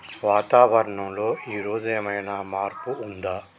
వాతావరణం లో ఈ రోజు ఏదైనా మార్పు ఉందా?